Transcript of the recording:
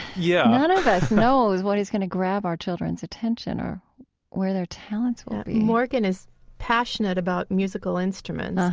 yeah none of us knows what is going to grab our children's attention or where their talents will be morgan is passionate about musical instruments,